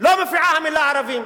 לא מופיע המלה "ערבים",